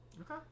Okay